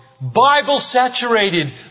Bible-saturated